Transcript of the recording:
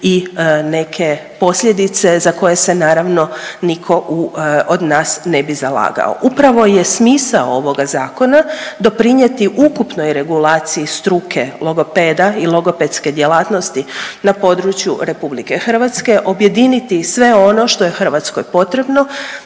i neke posljedice za koje se naravno niko od nas ne bi zalagao. Upravo je smisao ovoga zakona doprinijeti ukupnoj regulaciji struke logopeda i logopedske djelatnosti na području RH, objediniti sve ono što je Hrvatskoj potrebno,